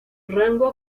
rango